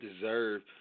deserve